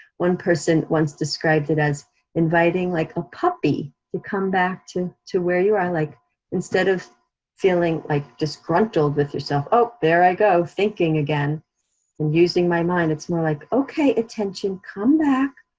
one person once described it as inviting like a puppy to come back to to where you are like instead of feeling like disgruntled with yourself, oh, there i go thinking again, and using my mind, it's more like, okay, attention, come back.